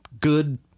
good